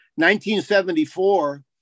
1974